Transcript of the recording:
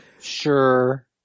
Sure